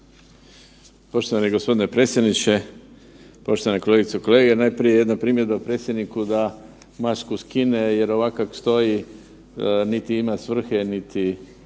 Poštovani gospodine predsjedniče, poštovane kolegice i kolege, najprije jedna primjedba predsjedniku da masku skine jer ovako kako stoji niti ima svrhe, niti